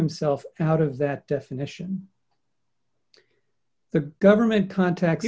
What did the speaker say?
himself out of that definition the government contact